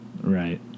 Right